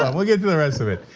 ah we'll get to the rest of it.